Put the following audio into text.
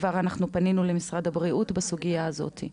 אנחנו כבר פנינו למשרד הבריאות בסוגיה הזאת.